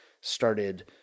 started